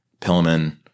Pillman